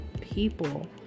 people